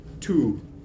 two